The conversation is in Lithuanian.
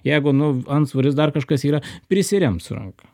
jeigu nu antsvoris dar kažkas yra prisirem su ranka